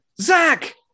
Zach